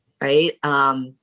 right